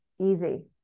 easy